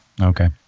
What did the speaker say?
Okay